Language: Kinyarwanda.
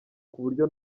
kuburyo